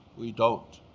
we don't.